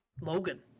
Logan